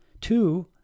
Two